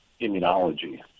immunology